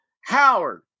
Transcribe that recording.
Howard